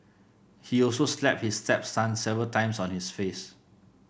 he also slapped his stepson several times on his face